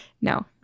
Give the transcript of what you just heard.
No